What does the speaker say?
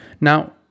Now